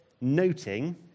noting